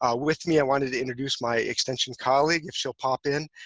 ah with me, i want to introduce my extension colleague if she'll pop in.